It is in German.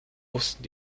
wussten